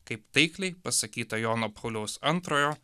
kaip taikliai pasakyta jono pauliaus antrojo